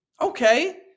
Okay